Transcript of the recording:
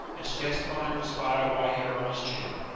and she takes upon her to spy a white hair on his chin.